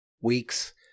week's